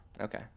Okay